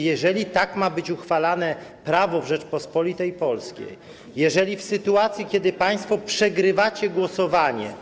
Jeżeli tak ma być uchwalane prawo w Rzeczypospolitej Polskiej, jeżeli w sytuacji kiedy państwo przegrywacie głosowanie.